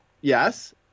Yes